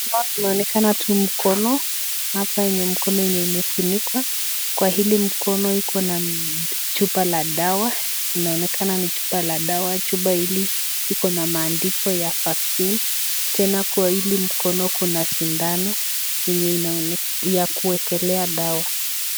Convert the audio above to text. Tunaonekana tu mkono hapa yenye mkono yenye imefunikwa. Kwa hili mkono iko na chupa la dawa, inaonekana ni chupa la dawa. Chupa hili iko na maandiko ya vaccine . Tena kwa hili mkono iko na sindano yenye inaonekana ya kuwekelea dawa.